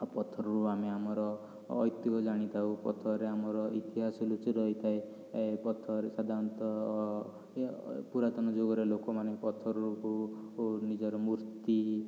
ଆଉ ପଥରରୁ ଆମେ ଆମର ଐତିହ୍ୟ ଜାଣିଥାଉ ପଥରରେ ଆମର ଇତିହାସ ଲୁଚି ରହିଥାଏ ପଥରରେ ସାଧାରଣତଃ ପୁରାତନ ଯୁଗର ଲୋକମାନେ ପଥରକୁ ନିଜର ମୂର୍ତ୍ତି